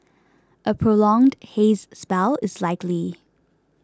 a prolonged haze spell is likely